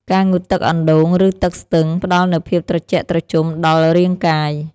ការងូតទឹកអណ្តូង ឬទឹកស្ទឹង ផ្តល់នូវភាពត្រជាក់ត្រជុំដល់រាងកាយ។